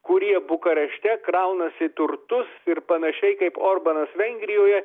kurie bukarešte kraunasi turtus ir panašiai kaip orbanas vengrijoje